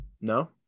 No